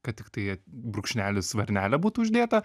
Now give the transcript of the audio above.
kad tiktai brūkšnelis varnelė būtų uždėta